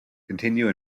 continue